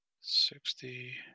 sixty